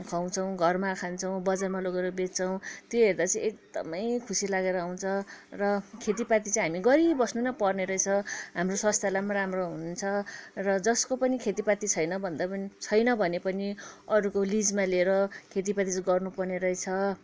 खुवाउँछौँ घरमा खान्छौँ बजारमा लोगेर बेच्छौँ त्यो हेर्दा चाहिँ एकदमै खुसी लागेर आउँछ र खेतीपाती पऱ्यो हामी गरिबस्नु नै पर्ने रहेछ हाम्रो स्वास्थ्यलाई पनि राम्रो हुन्छ र जसको पनि खेतीपाती छैन भन्दा पनि छैन भने पनि अरूको लिजमा लिएर खेतीपाती चाहिँ गर्नु पर्ने रहेछ